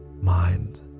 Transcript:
mind